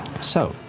so.